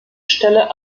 stelle